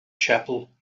chapel